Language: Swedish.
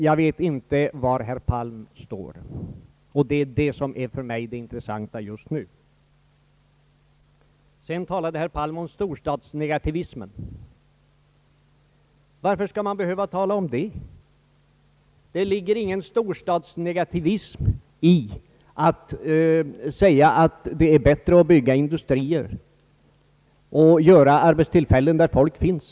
Jag vet inte var herr Palm står, och det är för mig det intressanta just nu. Herr Palm talade vidare om storstadsnegativism. Varför skall man behöva tala om detta? Det ligger ingen storstadsnegativism i att säga att det är bättre att bygga industrier och att skapa arbetstillfällen där folk finns.